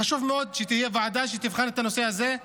חשוב מאוד שתהיה ועדה שתבחן את הנושא הזה.